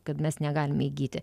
kad mes negalime įgyti